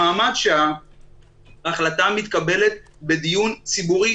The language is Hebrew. ההגדרה הזאת משמשת גם להיבטים אחרים.